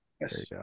yes